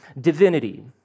divinity